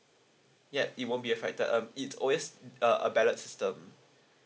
ya it won't be affected um it's always uh a ballot system